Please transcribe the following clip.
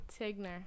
tigner